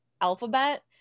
alphabet